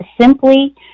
simply